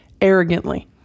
arrogantly